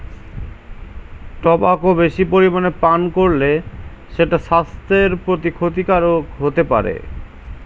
tobacco বেশি পরিমাণে পান কোরলে সেটা সাস্থের প্রতি ক্ষতিকারক হোতে পারে